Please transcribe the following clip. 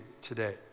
today